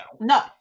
No